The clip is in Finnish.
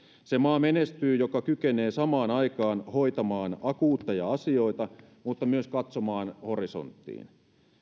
se maa menestyy joka kykenee samaan aikaan hoitamaan akuutteja asioita mutta myös katsomaan horisonttiin